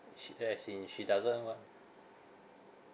she as in she doesn't want